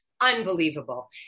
unbelievable